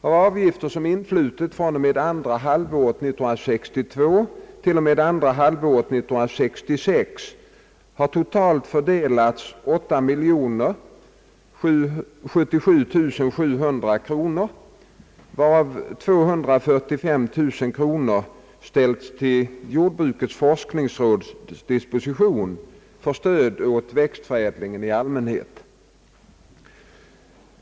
Av avgifter som influtit fr.o.m. andra halvåret 1962 t.o.m. andra halvåret 1966 har totalt fördelats 8 077 700 kronor, varav 245 000 kronor ställts till jordbrukets forskningsråds disposition för stöd åt växtförädlingen i allmänhet.